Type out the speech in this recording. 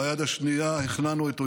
ביד השנייה הכנענו את אויבינו.